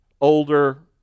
older